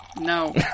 No